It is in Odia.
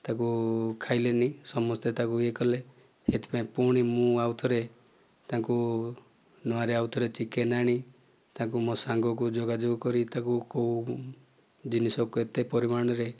ତାକୁ ଖାଇଲେନି ସମସ୍ତେ ତାକୁ ୟେ କଲେ ସେଥିପାଇଁ ପୁଣି ମୁଁ ଆଉଥରେ ତାଙ୍କୁ ନୂଆରେ ଆଉଥରେ ଚିକେନ୍ ଆଣି ତାଙ୍କୁ ମୋ ସାଙ୍ଗକୁ ଯୋଗାଯୋଗ କରି ତାକୁ କେଉଁ ଜିନିଷ କେତେ ପରିମାଣରେ